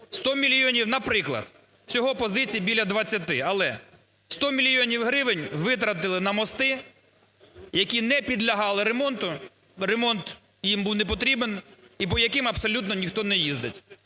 спосіб. Наприклад, всього позицій біля 20, але 100 мільйонів гривень витратили на мости, які не підлягали ремонту, ремонт їм був не потрібен і по яким абсолютно ніхто не їздить.